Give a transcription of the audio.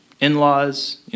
in-laws